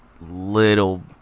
little